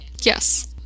Yes